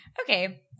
Okay